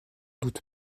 doute